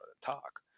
talk